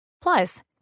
Plus